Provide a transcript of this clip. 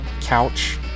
couch